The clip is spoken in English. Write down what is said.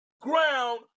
ground